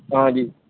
ਹਾਂਜੀ